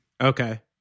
Okay